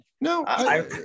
No